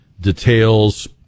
details